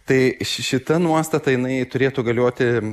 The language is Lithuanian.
tai ši šita nuostata jinai turėtų galioti